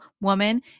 woman